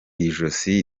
ijosi